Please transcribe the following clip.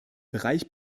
bereich